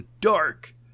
dark